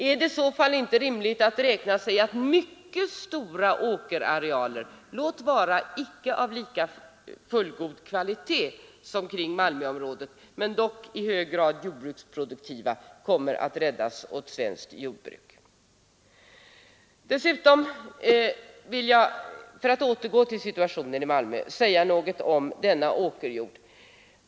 Om inte är det väl rimligt att säga, att mycket stora åkerarealer — låt vara av inte lika hög kvalitet som i Malmöområdet men dock i hög grad jordbruksproduktiva — kommer att räddas åt svenskt jordbruk. Men dessa miljövärden tiger man med. Dessutom vill jag, för att återgå till situationen i Malmö, säga något om ianspråktagandet av åkerjord.